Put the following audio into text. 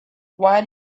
why